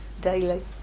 Daily